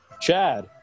Chad